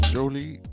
Jolie